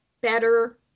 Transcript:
better